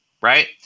right